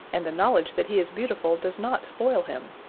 and the knowledge that he is beautiful does not spoil him.